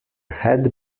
had